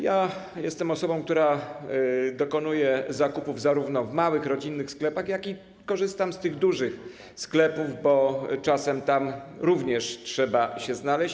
Ja jestem osobą, która dokonuje zakupów zarówno w małych rodzinnych sklepach, jak i korzysta z tych dużych sklepów, bo czasem tam również trzeba się znaleźć.